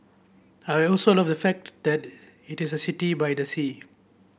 I also love the fact that it is a city by the sea